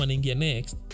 next